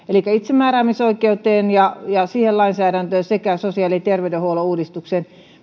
elikkä itsemääräämisoikeuteen ja ja siihen lainsäädäntöön sekä sosiaali ja terveydenhuollon uudistukseen